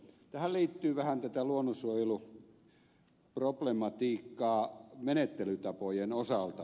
tähän liittyy vähän tätä luonnonsuojeluproblematiikkaa menettelytapojen osalta